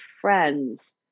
friends